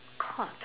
caught